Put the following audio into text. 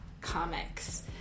comics